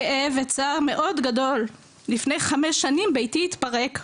בכאב וצער מאוד גדול לפני חמש שנים ביתי התפרק.